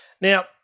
Now